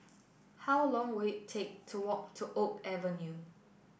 how long will it take to walk to Oak Avenue